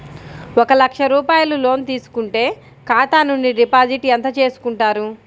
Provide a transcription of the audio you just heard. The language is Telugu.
ఒక లక్ష రూపాయలు లోన్ తీసుకుంటే ఖాతా నుండి డిపాజిట్ ఎంత చేసుకుంటారు?